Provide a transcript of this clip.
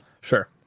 Sure